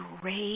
great